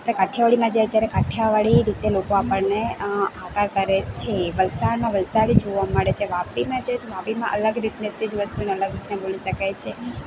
કાઠિયાવાડમાં જઈએ ત્યારે કાઠિયાવાડી એ રીતે લોકો આપણને આવકાર કરે છે વલસાડમાં વલસાડી જોવા મળે છે વાપીમાં જઈએ તો વાપીમાં અલગ રીતની વસ્તુને અલગ રીતના બોલી શકાય છે